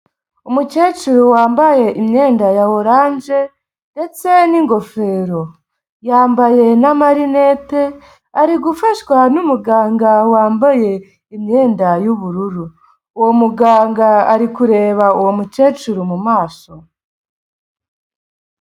Umukecuru wambaye imyenda ya oranje, ndetse n'ingofero, yambaye n'amarinette ari gufashwa n'umuganga wambaye imyenda y'ubururu, uwo muganga ari kureba uwo mukecuru mu maso.